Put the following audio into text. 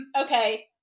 Okay